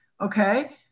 Okay